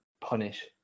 punish